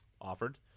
offered